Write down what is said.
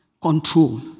control